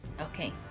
Okay